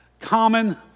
common